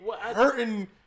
hurting